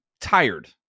tired